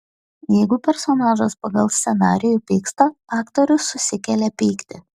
jeigu personažas pagal scenarijų pyksta aktorius susikelia pyktį